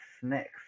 snacks